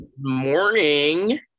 morning